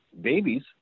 babies